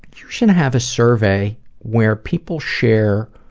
you should have a survey where people share,